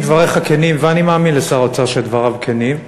אם דבריך כנים, ואני מאמין לשר האוצר שדבריו כנים,